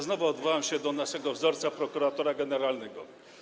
Znowu odwołam się do naszego wzorca, prokuratora generalnego.